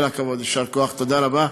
כל הכבוד, יישר כוח, תודה רבה.